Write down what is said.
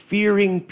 Fearing